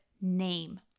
name